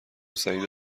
سعید